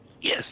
Yes